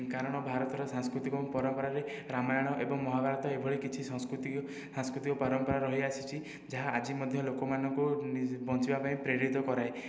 କାରଣ ଭାରତର ସାଂସ୍କୃତିକ ଏବଂ ପରମ୍ପରାରେ ରାମାୟଣ ଏବଂ ମହାଭାରତ ଏଭଳି କିଛି ସଂସ୍କୃତିକ ସାଂସ୍କୃତିକ ପରମ୍ପରା ରହିଆସିଛି ଯାହା ଆଜି ମଧ୍ୟ ଲୋକମାନଙ୍କୁ ନିଜ ବଞ୍ଚିବା ପାଇଁ ପ୍ରେରିତ କରାଏ